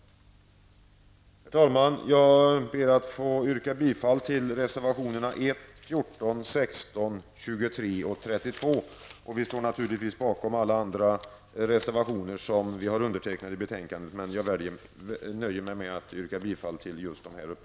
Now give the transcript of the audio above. Herr talman! Jag ber att få yrka bifall till reservationerna 1, 14, 16, 23 och 32. Vi står naturligtvis bakom alla reservationer som vi har undertecknat, men jag nöjer mig med att yrka bifall till dem som jag har nämnt.